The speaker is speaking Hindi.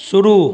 शुरू